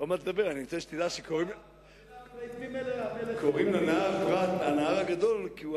אני רוצה שתדע שקוראים לנהר פרת הנהר הגדול כי הוא